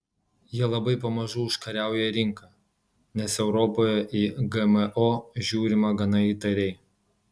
jie labai pamažu užkariauja rinką nes europoje į gmo žiūrima gana įtariai